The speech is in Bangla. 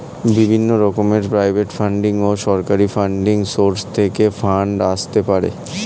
বিভিন্ন রকমের প্রাইভেট ফান্ডিং ও সরকারি ফান্ডিং সোর্স থেকে ফান্ড আসতে পারে